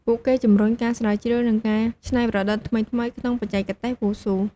ពួកគេជំរុញការស្រាវជ្រាវ និងការច្នៃប្រឌិតថ្មីៗក្នុងបច្ចេកទេសវ៉ូស៊ូ។